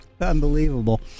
Unbelievable